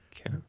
okay